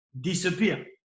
disappear